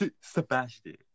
Sebastian